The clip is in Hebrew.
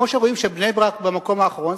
כמו שרואים שבני-ברק במקום האחרון.